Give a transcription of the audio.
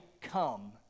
come